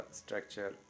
structure